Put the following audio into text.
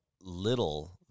little